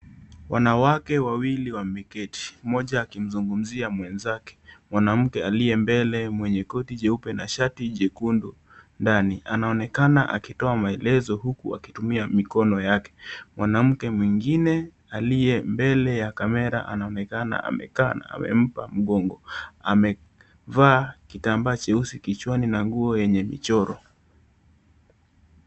Wanawake wawili wameketi mmoja akimzungumzia mwenzake mwanamke aliye mbele mwenye koti jeupe na shati jekundu ndani , anaonekana akitoa maelezo huku akitumia mikono yake mwnamke mwingine aliye mbele aya kamera anaonekana amekaa na amempa mgongo, amevaa kitambaa cheusi kichwani na nguo yenye michoro.